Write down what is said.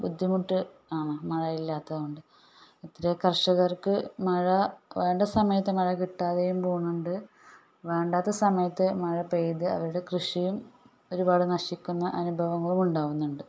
ബുദ്ധിമുട്ട് ആണ് മഴയില്ലാത്തത് കൊണ്ട് ഒത്തിരി കർഷകർക്ക് മഴ വേണ്ട സമയത്ത് മഴ കിട്ടാതെയും പോകുന്നുണ്ട് വേണ്ടാത്ത സമയത്ത് മഴ പെയ്ത് അവരുടെ കൃഷിയും ഒരുപാട് നശിക്കുന്ന അനുഭവങ്ങളും ഉണ്ടാവുന്നുണ്ട്